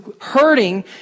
hurting